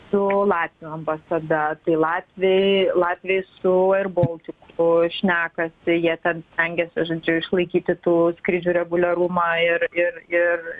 su latvių ambasada tai latviai latviai su eirboltiku šnekasi jie ten stengiasi žodžiu išlaikyti tų skrydžių reguliarumą ir ir ir